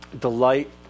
delight